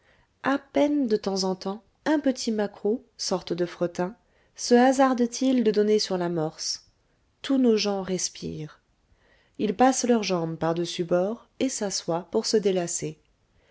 a peine de temps en temps un petit maquereau sorte de fretin se hasarde t il de donner sur l'amorce tous nos gens respirent ils passent leurs jambes par dessus bords et s'assoient pour se délasser